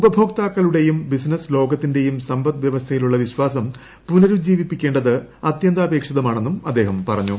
ഉപഭോക്താക്കളുടേയും business ലോകത്തിന്റെയും സമ്പദ് വൃവസ്ഥയിലുള്ള വിശ്വാസം പുനരുജ്ജീവിപ്പിക്കേണ്ടത് അത്യന്താപേക്ഷിതമാണെന്നും അദ്ദേഹം പറഞ്ഞു